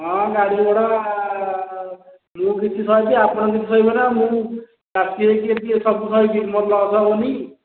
ହଁ ଗାଡି ଭଡ଼ା ମୁଁ କିଛି ସହିବି ଆପଣ କିଛି ସହିବିନା ଆଉ ମୁଁ ସବୁ ସାହିବି ମୋର ଲସ୍ ହେବନି